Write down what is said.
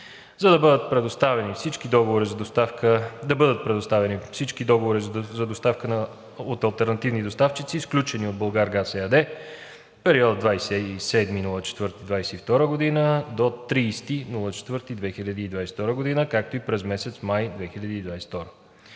г. Да бъдат предоставени всички договори за доставка от алтернативни доставчици, сключени от „Булгаргаз“ ЕАД в периода 27 април 2022 г. – 30 април 2022 г., както и през месец май 2022